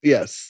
Yes